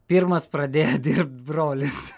pirmas pradėjo dirbt brolis